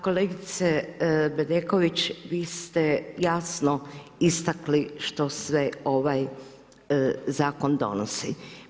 Kolegice Bedeković, vi ste jasno istakli, što sve ovaj zakon donosi.